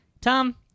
Tom